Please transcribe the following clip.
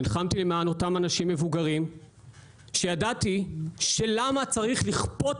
נלחמתי למען אותם אנשים מבוגרים שידעתי למה לא צריך לכפות